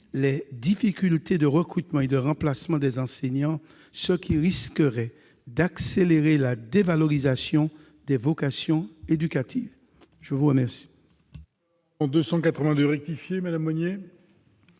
les difficultés de recrutement et de remplacement des enseignants, ce qui risquerait d'accélérer la dévalorisation des vocations éducatives ? L'amendement